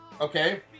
Okay